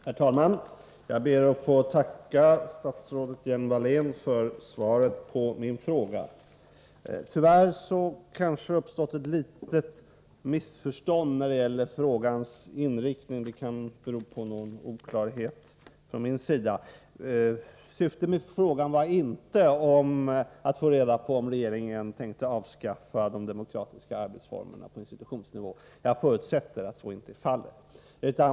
Herr talman! Jag ber att få tacka statsrådet Hjelm-Wallén för svaret på min fråga. Tyvärr har det nog uppstått ett litet missförstånd när det gäller frågans inriktning. Det kan bero på någon oklarhet från min sida. Syftet med frågan var inte att få reda på om regeringen tänker avskaffa de demokratiska arbetsformerna på institutionsnivå. Jag förutsätter att så inte är fallet.